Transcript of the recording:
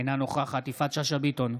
אינה נוכחת יפעת שאשא ביטון,